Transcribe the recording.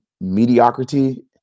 mediocrity